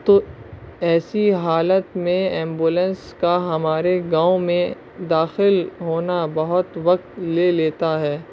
تو ایسی حالت میں ایمبولنس کا ہمارے گاؤں میں داخل ہونا بہت وقت لے لیتا ہے